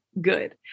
good